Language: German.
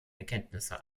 erkenntnisse